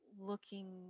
looking